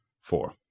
four